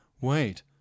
Wait